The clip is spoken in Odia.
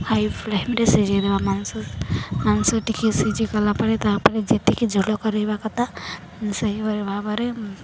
ହାଇ ଫ୍ଲେମ୍ରେ ସିଝେଇଦବା ମାଂସ ମାଂସ ଟିକେ ସିଝିଗଲା ପରେ ତାପରେ ଯେତିକି ଝୋଲ କରେଇବା କଥା ସେହିପରି ଭାବରେ